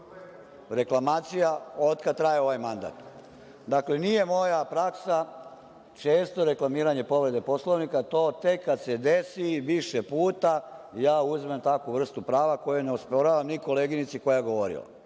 reklamacija od kada traje ovaj mandat. Nije moja praksa često reklamiranje povrede Poslovnika. To tek kada se desi više puta, ja uzmem takvu vrstu prava, koju ne osporavam ni koleginici koja je